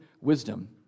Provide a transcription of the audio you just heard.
wisdom